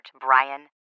Brian